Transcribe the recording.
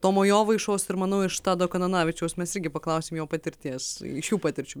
tomo jovaišos ir manau iš tado kananavičiaus mes irgi paklausim jo patirties iš jų patirčių